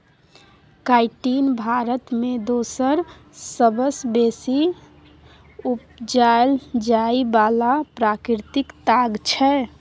chitin Bharat मे दोसर सबसँ बेसी उपजाएल जाइ बला प्राकृतिक ताग छै